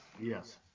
Yes